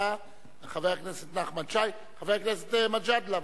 חבר הכנסת נחמן שי, וחבר הכנסת מג'אדלה.